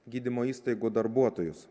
gydymo įstaigų darbuotojus